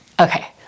Okay